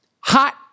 Hot